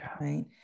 right